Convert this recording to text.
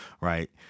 right